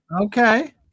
Okay